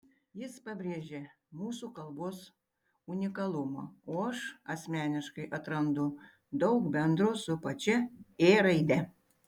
jis pabrėžia mūsų kalbos unikalumą o aš asmeniškai atrandu daug bendro su pačia ė raide